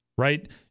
right